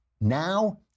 now